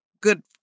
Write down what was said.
good